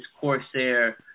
Corsair